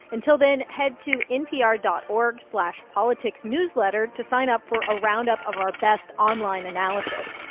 until then, head to npr dot org slash politicsnewsletter to sign up for a roundup of our best online analysis.